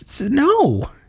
No